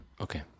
Okay